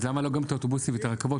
אז למה לא גם את האוטובוסים ואת הרכבות,